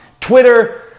Twitter